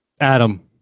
Adam